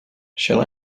shall